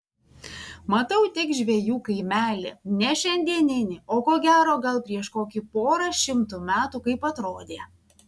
matau tik žvejų kaimelį ne šiandieninį o ko gero gal prieš kokį porą šimtų metų kaip atrodė